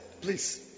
please